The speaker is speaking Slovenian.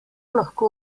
lahko